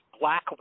black